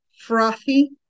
frothy